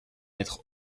être